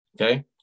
Okay